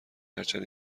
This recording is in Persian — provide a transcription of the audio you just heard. هرچند